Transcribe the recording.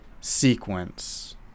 sequence